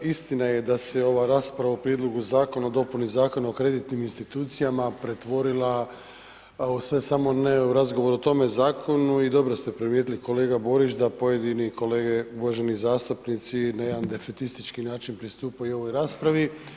Istina je da se ova rasprava o Prijedlogu Zakona o dopuni Zakona o kreditnim institucijama pretvorila u sve samo ne o razgovor o tome zakonu i dobro ste primijetili kolega Borić, da pojedini kolege uvaženi zastupnici na jedan defetistički način pristupaju ovoj raspravi.